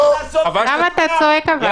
אבל אני כן